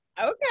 Okay